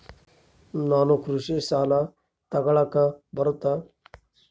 ನಾನು ಕೃಷಿ ಸಾಲ ತಗಳಕ ಬರುತ್ತಾ?